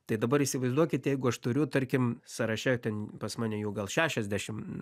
tai dabar įsivaizduokit jeigu aš turiu tarkim sąraše ten pas mane jau gal šešiasdešim